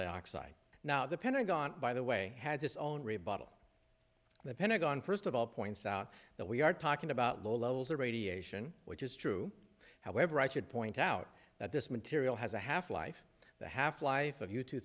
dioxide now the pentagon by the way has its own rebuttal the pentagon first of all points out that we are talking about low levels of radiation which is true however i should point out that this material has a half life the half life of u t